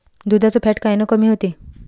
दुधाचं फॅट कायनं कमी होते?